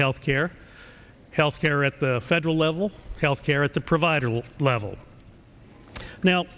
health care health care at the federal level health care at the provider will level now